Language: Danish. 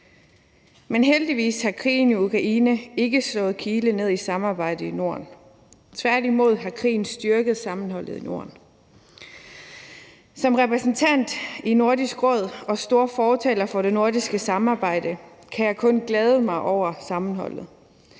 Men heldigvis har krigen i Ukraine ikke skudt en kile ned i samarbejdet i Norden. Tværtimod har krigen styrket sammenholdet i Norden. Som repræsentant i Nordisk Råd og stor fortaler for det nordiske samarbejde kan jeg kun glæde mig over sammenholdet.